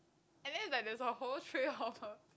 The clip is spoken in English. and then is like there's a whole tray of her